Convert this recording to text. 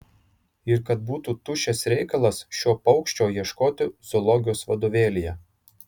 ir kad būtų tuščias reikalas šio paukščio ieškoti zoologijos vadovėlyje